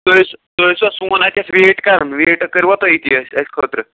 تُہۍ ٲسِو تُہۍ ٲسۍوا سون اَتٮ۪تھ ویٹ کَران ویٹ کٔروا تُہۍ ییٚتی اَسہِ اَسہِ خٲطرٕ